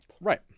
right